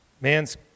Man's